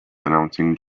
announcing